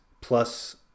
plus